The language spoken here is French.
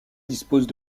dispose